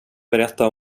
berätta